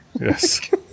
yes